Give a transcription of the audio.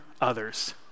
others